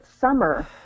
summer